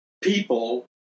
people